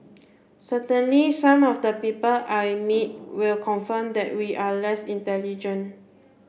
certainly some of the people I meet will confirm that we are less intelligent